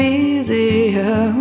easier